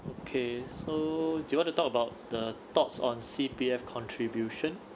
okay so do you want to talk about the thoughts on C_P_F contribution